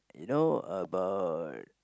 you know about